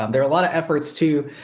there are a lot of efforts to,